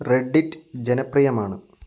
Reddit ജനപ്രിയമാണ്